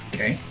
Okay